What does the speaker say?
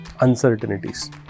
uncertainties